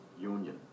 union